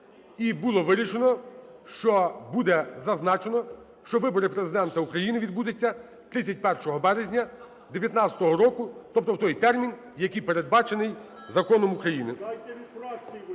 і було вирішено, що буде зазначено, що вибори Президента України відбудуться 31 березня 2019 року, тобто в той термін, який передбачений законом України.